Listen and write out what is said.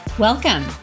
Welcome